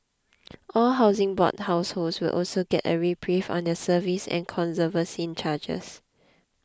all Housing Board households will also get a reprieve on their service and conservancy charges